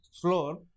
floor